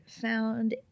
found